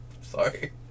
Sorry